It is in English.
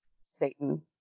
Satan